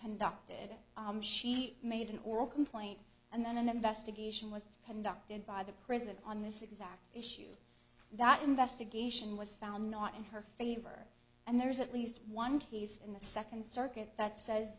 conducted she made an oral complaint and then an investigation was conducted by the president on this exact issue that investigation was found not in her favor and there's at least one case in the second circuit that says